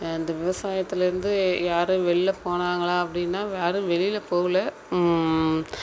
அந்த விவசாயத்துலிருந்து யாரும் வெளில போனாங்களா அப்படின்னா யாரும் வெளியில் போகல